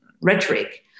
rhetoric